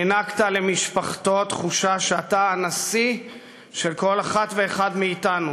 הענקת למשפחתו תחושה שאתה הנשיא של כל אחת ואחד מאתנו